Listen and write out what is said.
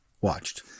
watched